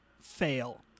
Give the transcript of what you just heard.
fail